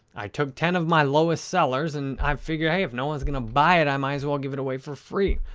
i took ten of my lowest sellers and i figure hey, if no one's gonna buy it, i might as well give it away for free.